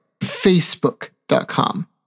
facebook.com